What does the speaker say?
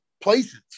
places